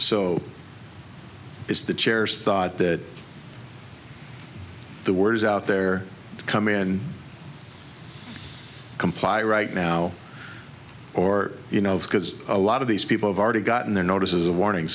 so it's the chairs thought that the word is out there come in comply right now or you know because a lot of these people have already gotten their notices a warning